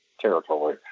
territory